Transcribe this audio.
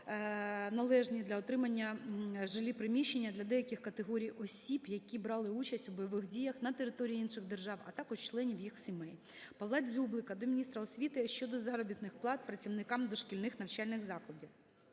належні для отримання жилі приміщення для деяких категорій осіб, які брали участь у бойових діях на території інших держав, а також членів їх сімей". Павла Дзюблика до міністра освіти щодо заробітних плат працівникам дошкільних навчальних закладів.